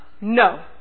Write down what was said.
No